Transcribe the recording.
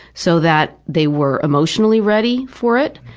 so that they were emotionally ready for it.